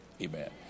Amen